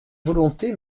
volonté